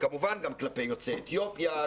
וכמובן גם כלפי יוצאי אתיופיה,